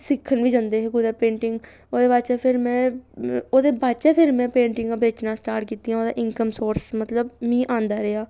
सिक्खन बी जंदे हे कुतै पेंटिंग ओह्दे बाच फिर में ओह्दे बाच फिर में पेंटिंगां बेचना स्टार्ट कीतियां ओह्दा इनकम सोर्स मतलब मी औंदा रेहा